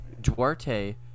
Duarte